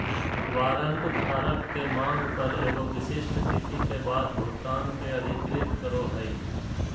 warrant धारक के मांग पर एगो विशिष्ट तिथि के बाद भुगतान के अधिकृत करो हइ